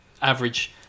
Average